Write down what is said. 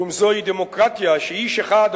כלום זוהי דמוקרטיה שאיש אחד,